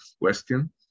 question